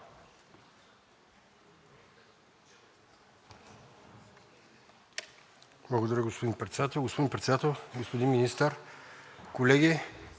Благодаря, господин Председател. Господин Председател, господин Министър, колеги!